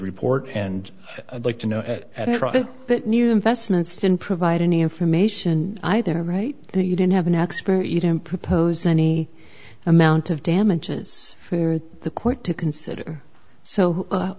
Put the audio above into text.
report and like to know that new investments didn't provide any information either right and you didn't have an expert you don't propose any amount of damages for the court to consider so